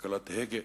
וקלת הגה